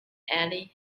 ally